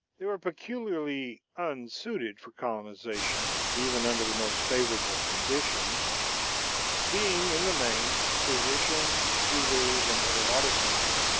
they were peculiarly unsuited for colonization, even under the most favorable conditions being in the main physicians, jewelers and other artisans,